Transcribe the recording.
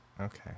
Okay